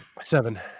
Seven